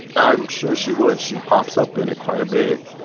i'm sure she would. she pops up in it quite a bit.